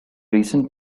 recent